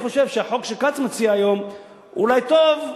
אני חושב שהחוק שכץ מציע היום אולי טוב,